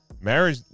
marriage